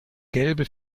gelbe